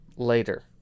Later